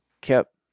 kept